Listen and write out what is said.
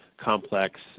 complex